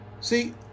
See